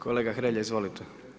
Kolega Hrelja, izvolite.